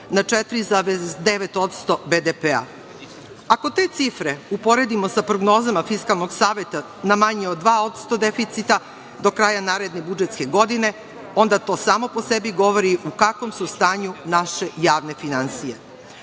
na 4,9% BDP-a. Ako te cifre uporedimo sa prognozama Fiskalnog saveta na manje od 2% deficita do kraja naredne budžetske godine, onda to samo po sebi govori u kakvom su stanju naše javne finansije.